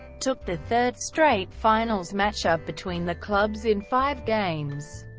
took the third straight finals matchup between the clubs in five games,